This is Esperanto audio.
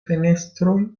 fenestroj